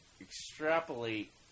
extrapolate